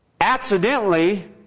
accidentally